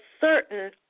certain